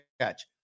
catch